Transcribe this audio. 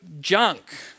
junk